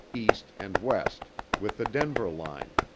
east and west, with the denver line.